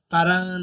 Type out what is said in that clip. Parang